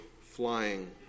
flying